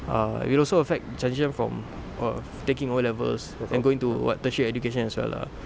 err will also affect judging from err taking O levels and going to what tertiary education as well lah